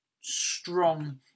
strong